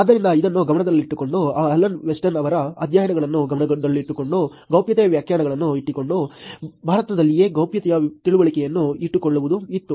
ಆದ್ದರಿಂದ ಇದನ್ನು ಗಮನದಲ್ಲಿಟ್ಟುಕೊಂಡು ಅಲನ್ ವೆಸ್ಟನ್ ಅವರ ಅಧ್ಯಯನಗಳನ್ನು ಗಮನದಲ್ಲಿಟ್ಟುಕೊಂಡು ಗೌಪ್ಯತೆ ವ್ಯಾಖ್ಯಾನಗಳನ್ನು ಇಟ್ಟುಕೊಂಡು ಭಾರತದಲ್ಲಿಯೇ ಗೌಪ್ಯತೆಯ ತಿಳುವಳಿಕೆಯನ್ನು ಇಟ್ಟುಕೊಳ್ಳುವುದು ಇತ್ತು